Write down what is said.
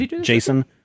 Jason